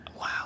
Wow